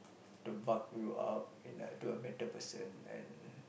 to buck you up in like to a better person and